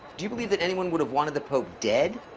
do you believe that anyone would have wanted the pope dead?